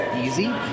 easy